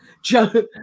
Joe